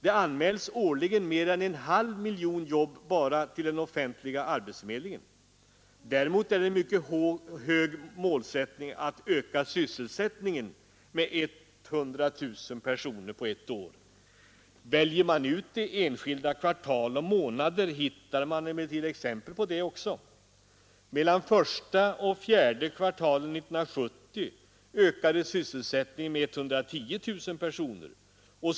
Det anmäls årligen mer än en halv miljon jobb bara till den offentliga arbetsförmedlingen. Däremot är det en mycket hög målsättning att öka sysselsättningen med 100 000 personer på ett år. Väljer man ut enskilda kvartal och månader, så hittar man emellertid exempel på det också. Mellan första och fjärde kvartalen 1970 ökade sysselsättningen med 110000 personer.